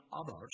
others